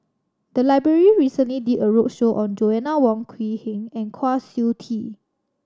the library recently did a roadshow on Joanna Wong Quee Heng and Kwa Siew Tee